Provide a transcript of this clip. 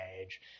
age